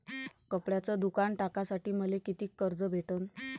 कपड्याचं दुकान टाकासाठी मले कितीक कर्ज भेटन?